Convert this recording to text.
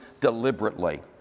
deliberately